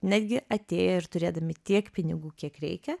netgi atėję ir turėdami tiek pinigų kiek reikia